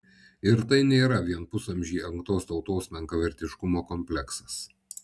ir tai nėra vien pusamžį engtos tautos menkavertiškumo kompleksas